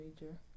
major